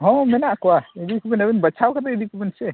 ᱦᱳᱭ ᱢᱮᱱᱟᱜ ᱠᱚᱣᱟ ᱤᱫᱤ ᱠᱚᱵᱤᱱ ᱟᱹᱵᱤᱱ ᱵᱟᱪᱷᱟᱣ ᱠᱟᱛᱮᱫ ᱤᱫᱤ ᱠᱚᱵᱤᱱ ᱥᱮ